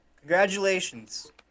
Congratulations